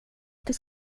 till